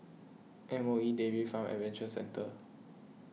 M O E Dairy Farm Adventure Centre